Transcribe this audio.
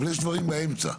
אבל יש דברים באמצע.